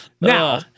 Now